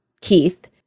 Keith